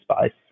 space